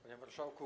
Panie Marszałku!